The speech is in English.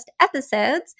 episodes